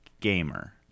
Gamer